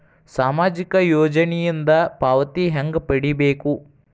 ಸಾಮಾಜಿಕ ಯೋಜನಿಯಿಂದ ಪಾವತಿ ಹೆಂಗ್ ಪಡಿಬೇಕು?